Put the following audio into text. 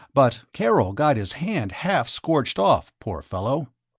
but karol got his hand half scorched off, poor fellow.